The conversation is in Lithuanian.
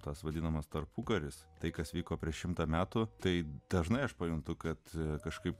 tas vadinamas tarpukaris tai kas vyko prieš šimtą metų taip dažnai aš pajuntu kad kažkaip